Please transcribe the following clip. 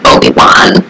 Obi-Wan